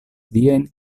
viajn